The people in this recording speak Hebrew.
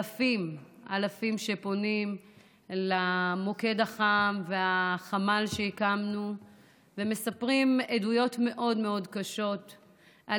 אלפים פונים למוקד החם והחמ"ל שהקמנו ומספרים עדויות מאוד מאוד קשות על